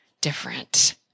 different